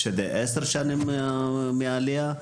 שבעשר שנים מעלייה,